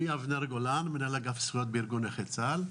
מנהל אגף זכויות בארגון נכי צה"ל.